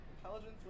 Intelligence